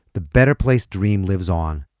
the better place dream lives on.